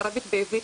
בערבית ובעברית,